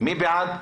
מי בעד?